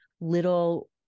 little